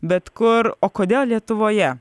bet kur o kodėl lietuvoje